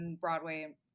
Broadway